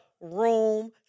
room